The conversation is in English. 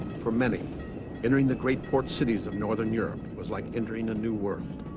for many entering the great port cities of northern europe was like entering a new world